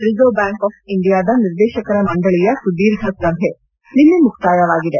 reserve bank of ಇಂಡಿಯಾದ ನಿರ್ದೇಶಕರ ಮಂಡಳಿಯ ಸುದೀರ್ಘ ಸಭೆ ನಿನ್ನೆ ಮುಕ್ತಾಯವಾಗಿದೆ